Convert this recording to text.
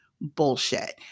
bullshit